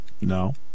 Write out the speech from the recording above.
No